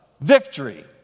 victory